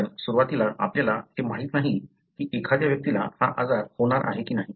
कारण सुरुवातीला आपल्याला हे माहित नाही की एखाद्या व्यक्तीला हा आजार होणार आहे की नाही